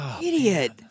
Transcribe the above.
Idiot